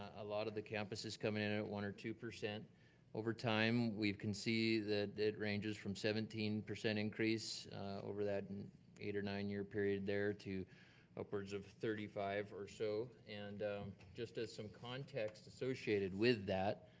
a lot of the campuses come and in at one or two percent over time. we can see that that ranges from seventeen percent increase over that and eight or nine-year period there to upwards of thirty five or so. and just as some context associated with that,